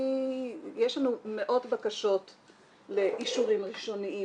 יש לנו מאות בקשות לאישורים ראשוניים